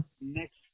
next